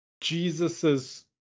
Jesus's